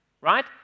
right